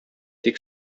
тик